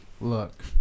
Look